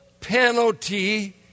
penalty